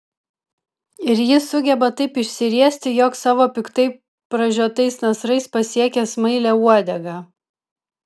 ir ji sugeba taip išsiriesti jog savo piktai pražiotais nasrais pasiekia smailią uodegą